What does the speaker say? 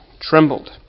trembled